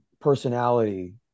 personality